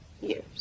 years